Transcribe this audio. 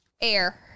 Air